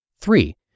Three